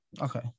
Okay